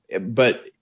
but-